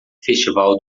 festival